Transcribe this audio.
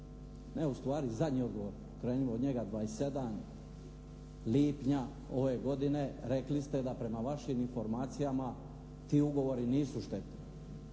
ne ustvari zadnji odgovor krenimo od njega. 27. lipnja ove godine rekli ste da prema vašim informacijama ti ugovori nisu štetni.